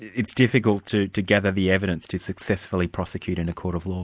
it's difficult to to gather the evidence to successfully prosecute in a court of law.